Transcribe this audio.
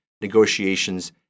negotiations